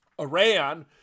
Iran